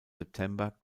september